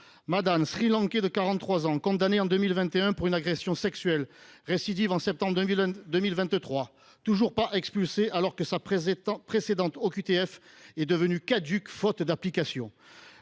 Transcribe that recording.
Madan, Sri Lankais de 43 ans condamné en 2021 pour une agression sexuelle, récidive en septembre 2023 et n’est toujours pas expulsé, alors que sa précédente OQTF est devenue caduque faute d’application.